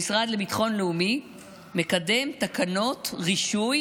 המשרד לביטחון לאומי מקדם תקנות רישוי